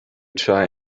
try